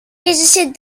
visited